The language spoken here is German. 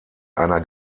einer